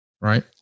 right